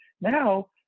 now